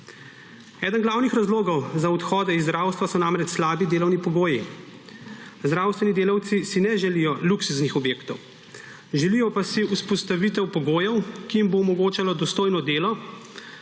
Eden glavnih razlogov za odhode iz zdravstva so namreč slabi delovni pogoji. Zdravstveni delavci si ne želijo luksuznih objektov. Želijo pa si vzpostavitev pogojev, ki jim bodo omogočali dostojno delo